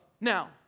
Now